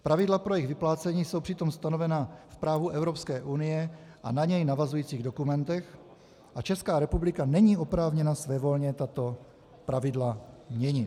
Pravidla pro jejich vyplácení jsou přitom stanovena v právu Evropské unie a na něj navazujících dokumentech a Česká republika není oprávněna svévolně tato pravidla měnit.